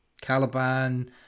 Caliban